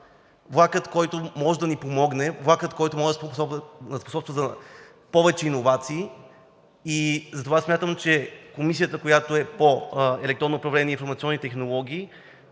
влакът, който може да ни помогне, влакът, който може да способства за повече иновации. Затова смятам, че Комисията по електронно управление и информационни технологии